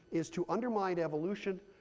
is to undermine evolution,